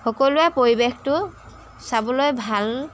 সকলোৱে পৰিৱেশটো চাবলৈ ভাল